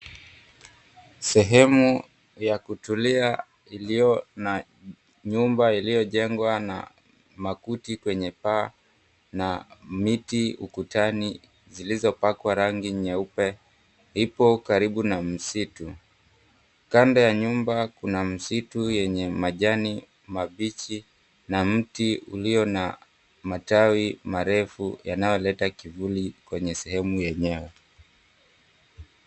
Sehemu ya kutulia iliyo na nyumba iliyojengwa na makuti kwenye paa na miti ukutani zilizopakwa rangi nyeupe ipo karibu na msitu. Kando ya nyumba kuna msitu yenye majani mabichi na mti uliona matawi marefu yanayoleta kivuli kwenye sehemu yenyewe.